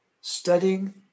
studying